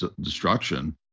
destruction